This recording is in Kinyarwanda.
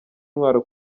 intwaro